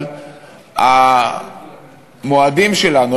אבל המועדים שלנו,